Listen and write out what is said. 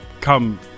come